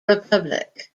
republic